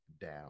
down